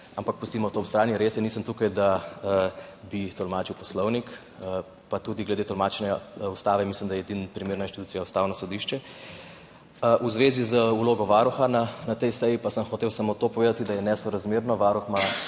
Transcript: Ampak pustimo to ob strani, res je, nisem tukaj, da bi tolmačil poslovnik. Pa tudi glede tolmačenja ustave mislim, da je edina primerna institucija Ustavno sodišče. V zvezi z vlogo Varuha na tej seji pa sem hotel samo to povedati, da je nesorazmerno.